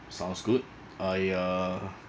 sounds good I uh